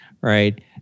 right